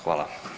Hvala.